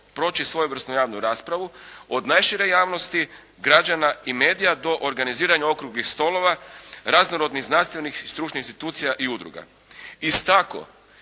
proći svojevrsnu javnu raspravu od najšire javnosti građana i medija do organiziranja okruglih stolova, raznorodnih znanstvenih i stručnih institucija i udruga. Iz tako